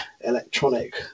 electronic